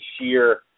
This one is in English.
sheer –